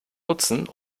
nutzen